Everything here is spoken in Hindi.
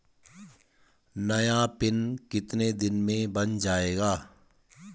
नया पिन कितने दिन में बन जायेगा?